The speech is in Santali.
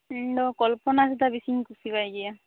ᱤᱧᱫᱚ ᱠᱚᱞᱯᱚᱱᱟ ᱦᱟᱸᱥᱫᱟ ᱵᱮᱥᱤᱧ ᱠᱩᱥᱤᱭᱟᱭ ᱜᱮᱭᱟ